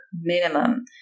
minimum